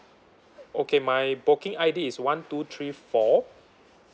okay my booking I _D is one two three four